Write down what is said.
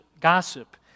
gossip